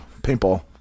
paintball